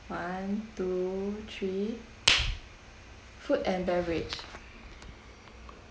one two three food and beverage